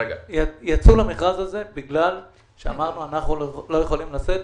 יצאו למכרז הזה בגלל שאמרנו שאנחנו לא יכולים לשאת.